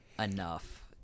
enough